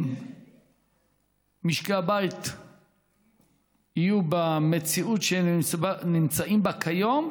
אם משקי הבית יהיו במציאות שהם נמצאים בה כיום,